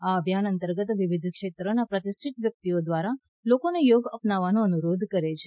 આ અભિયાન અંતર્ગત વિવિધ ક્ષેત્રનાં પ્રતિષ્ઠિત વ્યકિતઓ દ્વારા લોકોને યોગ અપનાવાનો અનુરોધ કરે છે